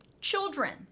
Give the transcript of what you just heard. children